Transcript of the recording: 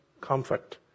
comfort